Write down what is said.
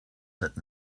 that